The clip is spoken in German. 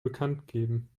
bekanntgeben